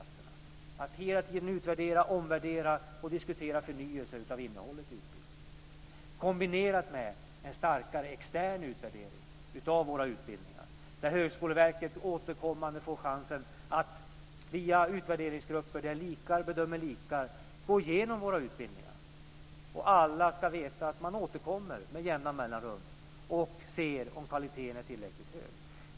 Man måste hela tiden utvärdera, omvärdera och diskutera förnyelse av innehållet i utbildningen, kombinerat med en starkare extern utvärdering av våra utbildningar, där Högskoleverket återkommande får chansen att via utvärderingsgrupper där likar bedömer likar gå igenom våra utbildningar. Alla ska veta att man återkommer med jämna mellanrum och ser om kvaliteten är tillräckligt hög.